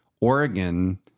oregon